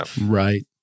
Right